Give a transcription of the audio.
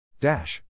Dash